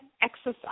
exercise